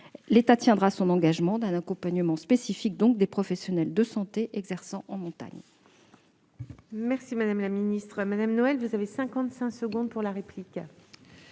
l'État tiendra son engagement d'un accompagnement spécifique des professionnels de santé exerçant en montagne.